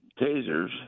tasers